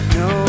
no